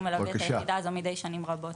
מלווה את היחידה הזאת מזה שנים רבות.